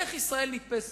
איך ישראל נתפסת.